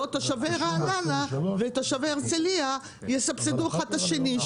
בעוד תושבי רעננה ותושבי הרצליה יסבסדו אחד את השני,